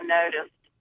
noticed